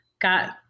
got